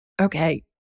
okay